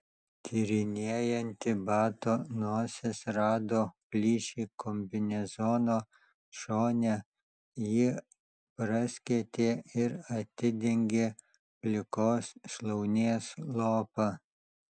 tyrinėjanti bato nosis rado plyšį kombinezono šone jį praskėtė ir atidengė plikos šlaunies lopą